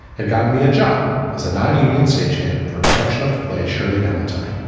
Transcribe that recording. had gotten me a job as a non-union stagehand for a production of the play shirley valentine.